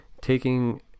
taking